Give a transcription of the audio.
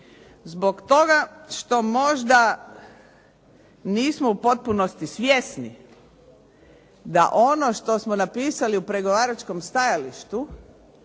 Zbog toga što možda nismo u potpunosti svjesni da ono što smo napisali u pregovaračkom stajalištu